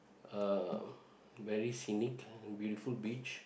uh very scenic and beautiful beach